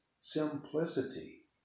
simplicity